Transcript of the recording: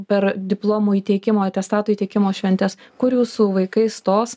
per diplomų įteikimo atestatų įteikimo šventes kur jūsų vaikai stos